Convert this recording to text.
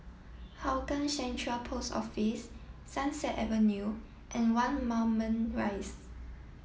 Hougang Central Post Office Sunset Avenue and one Moulmein rise